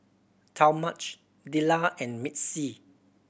Talmadge Lilah and Misti